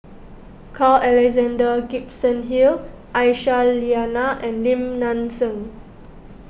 Carl Alexander Gibson Hill Aisyah Lyana and Lim Nang Seng